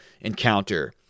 encounter